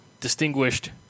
distinguished